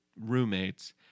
roommates